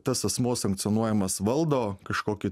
tas asmuo sankcionuojamas valdo kažkokį